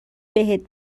بهت